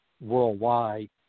worldwide